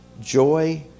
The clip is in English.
joy